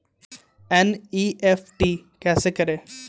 NEFT कैसे करें?